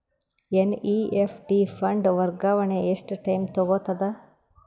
NEFT fund ವರ್ಗಾವಣೆ ಎಷ್ಟ time ತೋಗೊತದ?